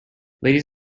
ladies